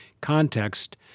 context